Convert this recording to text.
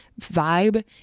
vibe